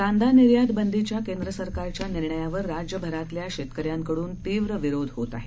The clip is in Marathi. कांदा निर्यात बंदीच्या केंद्रसरकारच्या निर्णयावर राज्यभरातल्या शेतक यांकडून तीव्र विरोध होत आहे